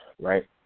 right